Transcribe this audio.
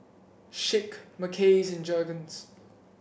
Schick Mackays and Jergens